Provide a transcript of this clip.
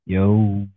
Yo